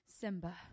Simba